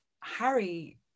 Harry